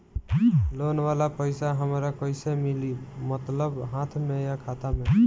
Loan वाला पैसा हमरा कइसे मिली मतलब हाथ में या खाता में?